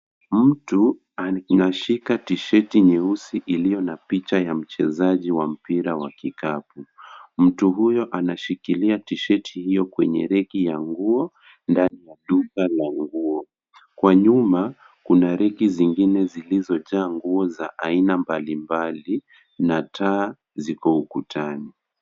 Mtu anashika t-shirt nyeusi iliyo na picha ya mchezaji wa mpira wa kikapu. Mtu huyo anashikilia t-shirt hiyo kwenye reki ya nguo ndani ya duka la nguo. Kwa nyuma, kuna reki zingine zilizojaa nguo za aina mbalimbali na taa ziko ukutani.